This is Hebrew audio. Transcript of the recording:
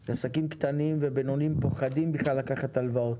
כי עסקים קטנים ובינוניים פוחדים לקחת הלוואות.